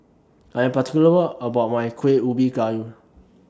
I Am particular about My Kueh Ubi Kayu